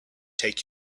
take